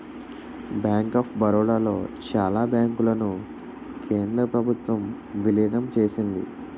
bank of Baroda లో చాలా బ్యాంకులను కేంద్ర ప్రభుత్వం విలీనం చేసింది